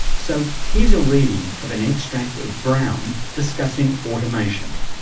so here's a reading of an extract of brown discussing automation.